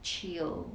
chill